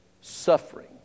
suffering